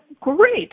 great